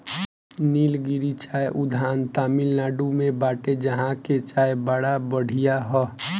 निलगिरी चाय उद्यान तमिनाडु में बाटे जहां के चाय बड़ा बढ़िया हअ